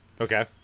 Okay